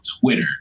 Twitter